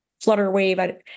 FlutterWave